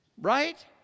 right